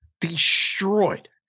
destroyed